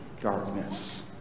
darkness